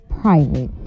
private